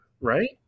right